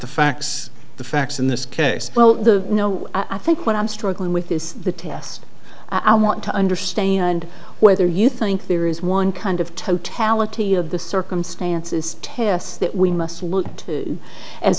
the facts the facts in this case well the no i think what i'm struggling with is the test i want to understand whether you think there is one kind of totality of the circumstances test that we must look to as